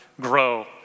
grow